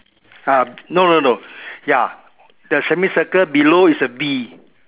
uh no no no ya the semicircle below is a B